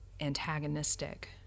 antagonistic